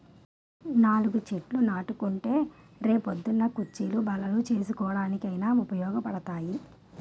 నాలుగు చెట్లు నాటుకుంటే రే పొద్దున్న కుచ్చీలు, బల్లలు చేసుకోడానికి ఉపయోగపడతాయి